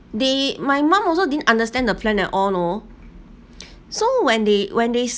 they my mum also didn't understand the plan and all lor so when they when they